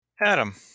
Adam